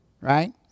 right